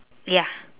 ya